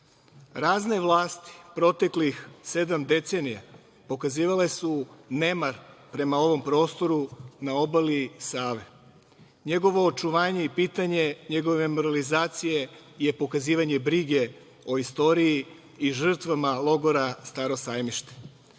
tuđih. Razne vlasti proteklih sedam decenija pokazivale su nemar prema ovom prostoru na obali Save. Njegovo očuvanje i pitanje njegove mrlizacije je pokazivanje brige o istoriji i žrtvama logora Staro